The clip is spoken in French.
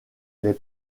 les